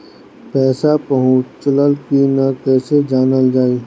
पैसा पहुचल की न कैसे जानल जाइ?